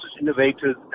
innovators